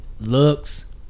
looks